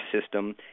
system